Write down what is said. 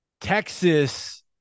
Texas